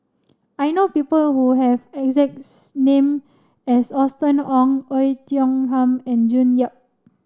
I know people who have name as Austen Ong Oei Tiong Ham and June Yap